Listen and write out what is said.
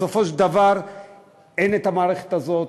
בסופו של דבר אין את המערכת הזו,